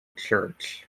church